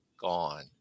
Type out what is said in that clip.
gone